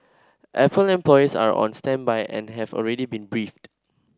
apple employees are on standby and have already been briefed